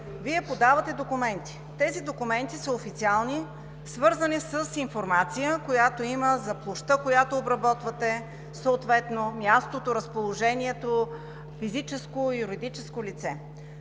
Вие подавате документи. Тези документи са официални, свързани с информация, която има за площта, която обработвате, съответно мястото, разположението, физическо и юридическо лице.